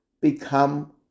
Become